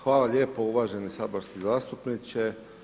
Hvala lijepo uvaženi saborski zastupniče.